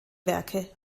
werke